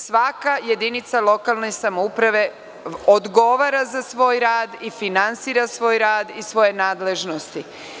Svaka jedinica lokalne samouprave odgovara za svoj rad i finansira svoj rad i svoje nadležnosti.